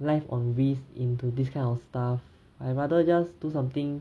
life on risk into this kind of stuff I'd rather just do something